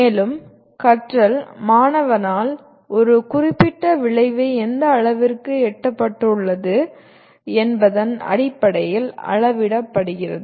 மேலும் கற்றல் மாணவனால் ஒரு குறிப்பிட்ட விளைவை எந்த அளவிற்கு எட்டப்பட்டுள்ளது என்பதன் அடிப்படையில் அளவிடப்படுகிறது